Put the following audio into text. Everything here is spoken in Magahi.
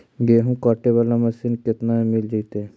गेहूं काटे बाला मशीन केतना में मिल जइतै?